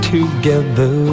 Together